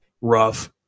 rough